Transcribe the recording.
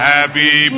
Happy